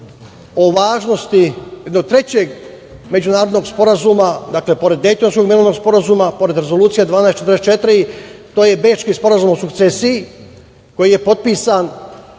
o važnosti jednog trećeg međunarodnog sporazuma, pored Dejtonskog mirovnog sporazuma, pored Rezolucije 1244, a to je Bečki sporazum o sukcesiji koji je potpisan